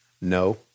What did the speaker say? no